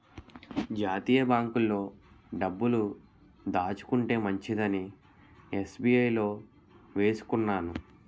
జాతీయ బాంకుల్లో డబ్బులు దాచుకుంటే మంచిదని ఎస్.బి.ఐ లో వేసుకున్నాను